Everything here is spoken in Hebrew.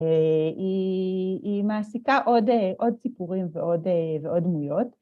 היא מעסיקה עוד סיפורים ועוד דמויות.